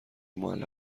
معلق